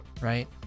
Right